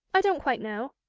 i don't quite know.